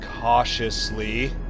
cautiously